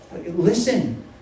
Listen